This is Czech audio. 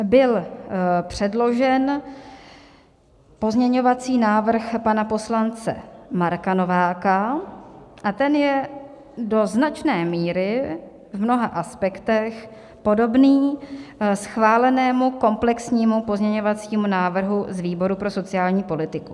Byl předložen pozměňovací návrh pana poslance Marka Nováka a ten je do značné míry v mnoha aspektech podobný schválenému komplexnímu pozměňovacímu návrhu z výboru pro sociální politiku.